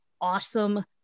awesome